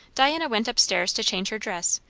diana went up-stairs to change her dress,